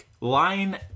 line